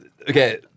Okay